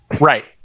Right